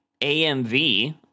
amv